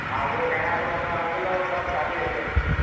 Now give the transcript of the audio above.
हा हूअ कयां थो उनजो अघि अथव सौ चालीह रुपिया किलो